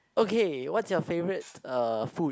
okay what's your favourite uh food